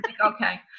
okay